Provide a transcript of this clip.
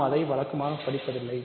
நாம் அதை வழக்கமாக படிப்பதில்லை